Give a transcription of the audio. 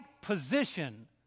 position